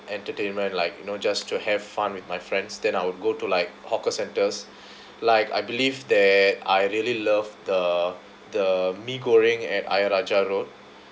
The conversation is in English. entertainment like you know just to have fun with my friends then I would go to like hawker centres like I believe that I really love the the mee goreng at ayer rajah road